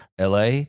LA